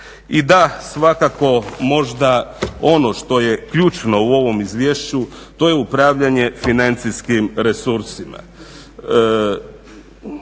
I da, svakako možda ono što je ključno u ovom izvješću, to je upravljanje financijskim resursima.